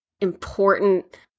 important